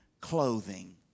clothing